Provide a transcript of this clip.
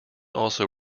also